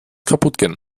kaputtgehen